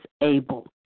able